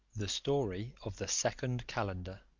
the story of the second calender.